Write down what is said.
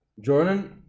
Jordan